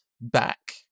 back